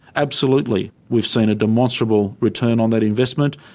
absolutely, we've seen a demonstrable return on that investment.